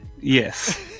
yes